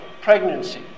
pregnancy